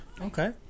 Okay